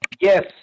Yes